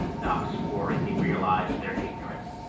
doc swore as he realized their ignorance.